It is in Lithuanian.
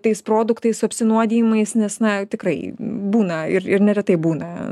tais produktais apsinuodijimais nes na tikrai būna ir ir neretai būna